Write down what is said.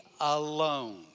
alone